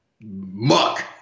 muck